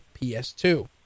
PS2